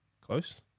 Close